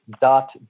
dot